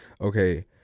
Okay